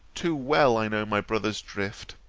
too well i know my brother's drift.